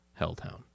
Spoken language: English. Helltown